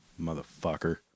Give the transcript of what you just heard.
Motherfucker